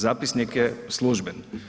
Zapisnik je služben.